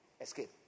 Escape